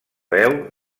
veu